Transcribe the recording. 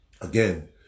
again